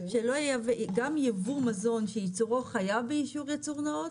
שגם ייבוא מזון שייצורו חייב באישור ייצור נאות,